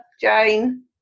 Jane